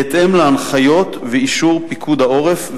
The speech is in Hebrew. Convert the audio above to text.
בהתאם להנחיות ואישור פיקוד העורף,